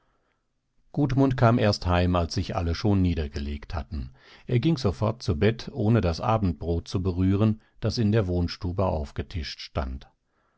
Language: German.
zurückging gudmund kam erst heim als sich alle schon niedergelegt hatten er ging sofort zu bett ohne das abendbrot zu berühren das in der wohnstube aufgetischt stand